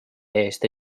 eest